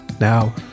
Now